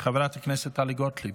חברת הכנסת טלי גוטליב,